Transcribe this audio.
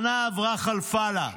שנה עברה חלפה לה.